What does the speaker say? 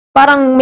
Parang